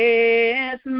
Yes